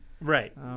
Right